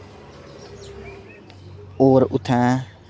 होर उत्थें